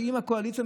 שעם הקואליציה,